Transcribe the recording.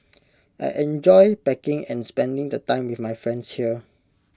I enjoy packing and spending the time with my friends here